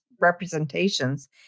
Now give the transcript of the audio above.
representations